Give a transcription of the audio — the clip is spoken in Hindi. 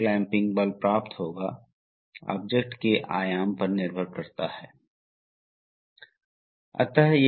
और हमारे पास इस मामले में हमारे पास केवल एक चीज है केवल एक सॉलोनॉइड है और दूसरा पक्ष है इसलिए यदि आप सोलेनोइड को बंद करते हैं तो यह आ जाएगा इसलिए इसमें केवल दो स्थान हैं